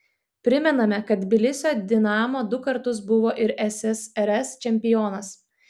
primename kad tbilisio dinamo du kartus buvo ir ssrs čempionas